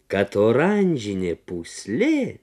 kad oranžinė pūslė